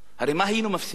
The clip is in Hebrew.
הרי מה היינו מפסידים?